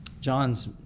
John's